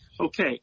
okay